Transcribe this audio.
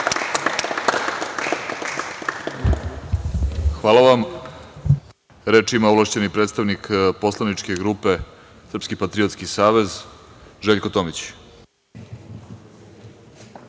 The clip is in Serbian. Hvala. Reč ima ovlašćeni predstavnik poslaničke grupe Srpski patriotski savez, Željko